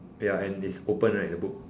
ya and it's open right the book